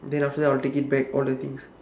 then after that I'll take it back all the things